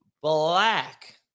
black